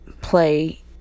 play